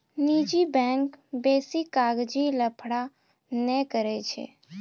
निजी बैंक बेसी कागजी लफड़ा नै करै छै